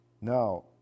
Now